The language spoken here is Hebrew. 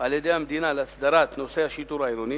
על-ידי המדינה להסדרת נושא השיטור העירוני,